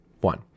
one